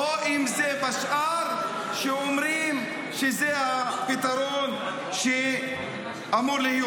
-- או אם השאר שאומרות שזה הפתרון שאמור להיות.